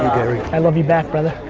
gary. i love you back, brother.